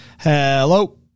Hello